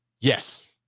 Yes